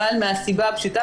אבל מהסיבה הפשוטה,